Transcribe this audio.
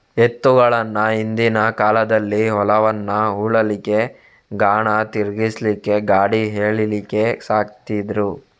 ಎತ್ತುಗಳನ್ನ ಹಿಂದಿನ ಕಾಲದಲ್ಲಿ ಹೊಲವನ್ನ ಉಳ್ಲಿಕ್ಕೆ, ಗಾಣ ತಿರ್ಗಿಸ್ಲಿಕ್ಕೆ, ಗಾಡಿ ಎಳೀಲಿಕ್ಕೆ ಸಾಕ್ತಿದ್ರು